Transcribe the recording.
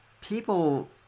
people